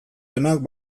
denak